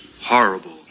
horrible